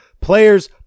players